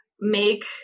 make